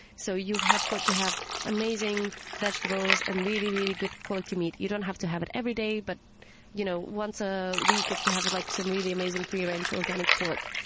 so you have to have amazing vegetables and really, really good, quality meat. you don't have to have it every day, but you know once a week, if you have like some really amazing free-range organic pork,